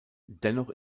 dennoch